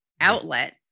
outlet